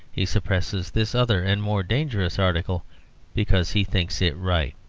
he suppresses this other and more dangerous article because he thinks it right.